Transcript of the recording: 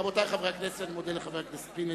רבותי חברי הכנסת, אני מודה לחבר הכנסת פינס.